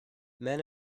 men